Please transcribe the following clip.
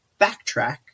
backtrack